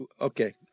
Okay